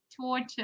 torture